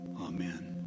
Amen